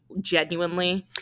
genuinely